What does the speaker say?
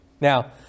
now